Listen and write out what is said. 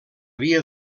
via